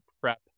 prep